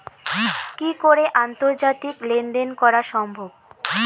কি করে আন্তর্জাতিক লেনদেন করা সম্ভব?